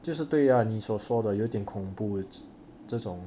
就是对呀你所说的有点恐怖这种